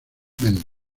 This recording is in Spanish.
mendes